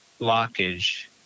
blockage